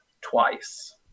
twice